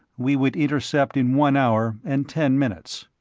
we would intercept in one hour and ten minutes.